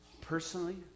personally